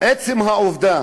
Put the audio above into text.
עצם העובדה